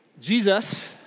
Jesus